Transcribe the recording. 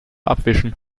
abwischen